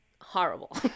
horrible